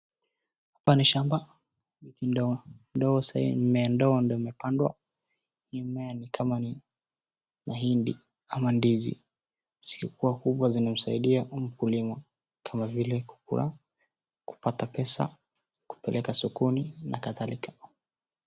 Hapa ni shamba. Ndio sahihi, ndio mimea ndio imepandwa. Hii mimea ni kama ni mahindi ama ndizi. Zikikua kubwa, zinamsaidia mkulima kama vile kukula, kupata pesa, kupeleka sokoni na kadhalika.